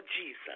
Jesus